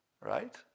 right